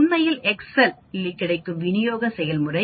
உண்மையில் எக்செல் இல் கிடைக்கும் விநியோக செயல்பாடு